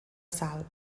sal